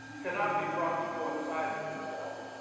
cannot be brought to coincide with itself.